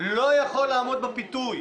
כשהוא לא יכול לעמוד בפיתוי.